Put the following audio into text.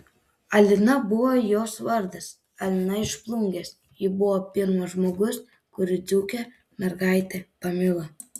alina buvo jos vardas alina iš plungės ji buvo pirmas žmogus kurį dzūkė mergaitė pamilo